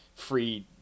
Free